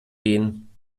gehen